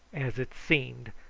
as it seemed,